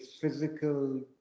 physical